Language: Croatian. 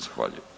Zahvaljujem.